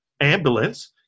ambulance